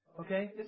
Okay